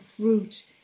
fruit